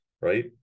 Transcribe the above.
right